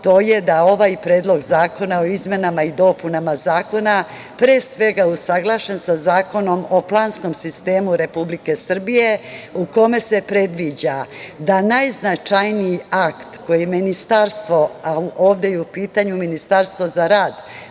to je da ovaj predlog zakona o izmenama i dopunama Zakona, pre svega usaglašen sa Zakonom o planskom sistemu Republike Srbije, u kome se predviđa da najznačajniji akt koje je ministarstvo, a ovde je u pitanju Ministarstvo za rad,